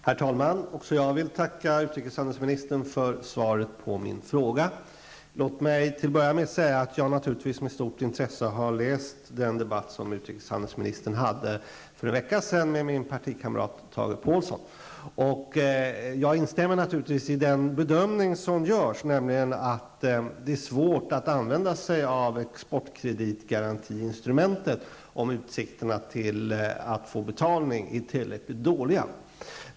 Herr talman! Också jag vill tacka utrikeshandelsministern för svaret på min fråga. Till att börja med vill jag säga att jag naturligtvis med stort intresse har tagit del av den debatt som utrikeshandelsministern hade för en vecka sedan med min partikamrat Tage Påhlsson. Jag instämmer i den bedömning som görs, nämligen att det är svårt att använda sig av exportkreditgarantiinstrumentet om utsikterna till att få betalning är tillräckligt dåliga.